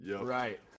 Right